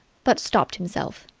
but stopped himself.